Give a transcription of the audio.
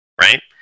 Right